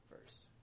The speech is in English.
first